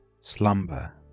slumber